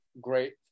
great